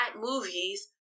movies